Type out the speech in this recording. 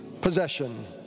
possession